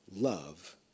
love